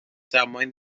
damwain